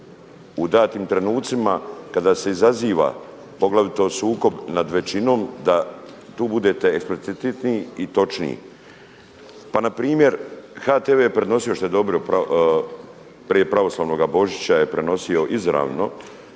u datim trenutcima kada se izaziva poglavito sukob nad većinom da tu budete eksplicitniji i točniji. Pa na primjer HTV je prenosio što je dobro, prije pravoslavnog Božića je prenosio izravno,